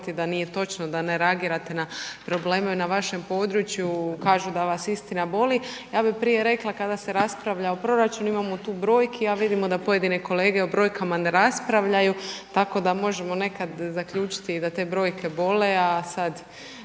da nije točno da ne reagirati na probleme na vašem području, kažu da vas istina boli. Ja bih prije rekla kada se raspravlja o proračunu imamo tu brojki, a vidimo da pojedine kolege o brojkama ne raspravljaju tako da možemo nekada zaključiti i da te brojke bole, a sada